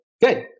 Good